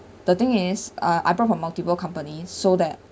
the thing is I I brought from multiple companies so that